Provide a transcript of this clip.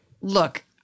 Look